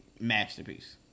Masterpiece